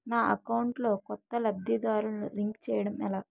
నా అకౌంట్ లో కొత్త లబ్ధిదారులను లింక్ చేయటం ఎలా?